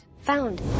Found